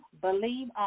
believe